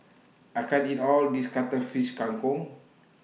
I can't eat All of This Cuttlefish Kang Kong